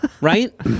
Right